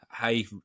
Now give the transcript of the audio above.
Hey